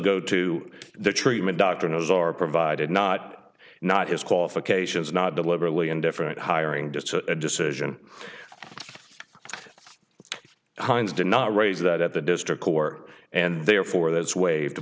go to the treatment doctor knows are provided not not his qualifications not deliberately indifferent hiring just a decision hines did not raise that at the district court and therefore that's wa